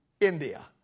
India